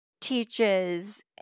teaches